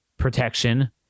protection